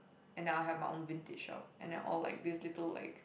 and I have my own vintage shop and all like these little like